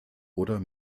oder